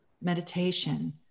meditation